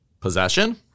possession